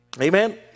Amen